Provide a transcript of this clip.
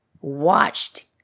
watched